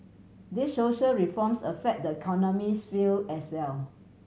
these social reforms affect the economics feel as well